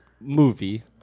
movie